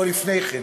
או לפני כן?